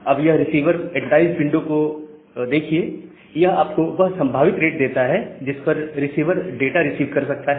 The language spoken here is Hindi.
अब यह रिसीवर एडवर्टाइज विंडो साइज को देखिए यह आपको वह संभावित रेट देता है जिस पर रिसीवर डाटा रिसीव कर सकता है